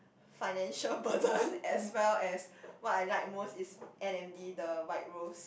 financial burden as well as what I like most is N_M_D the white rose